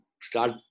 start